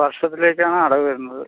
വർഷത്തിലൊരിക്കലാണോ അടവ് വരുന്നത്